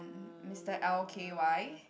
Mister L_K_Y